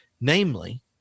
Namely